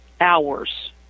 hours